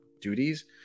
duties